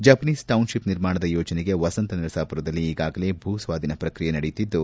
Japanese township ನಿರ್ಮಾಣದ ಯೋಜನೆಗೆ ವಸಂತ ನರಸಾಮರದಲ್ಲಿ ಈಗಾಗಲೇ ಭೂಸ್ವಾಧೀನ ಪ್ರಕ್ರಿಯೆ ನಡೆಯುತ್ತಿದ್ದು